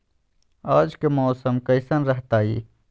आज के मौसम कैसन रहताई?